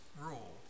rule